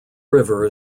river